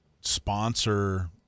sponsor